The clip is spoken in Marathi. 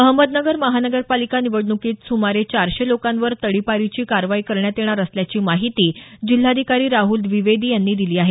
अहमदनगर महानगरपालिका निवडणुकीत सुमारे चारशे लोकांवर तडीपारीची कारवाई करण्यात येणार असल्याची माहिती जिल्हाधिकारी राहुल द्विवेदी यांनी दिली आहे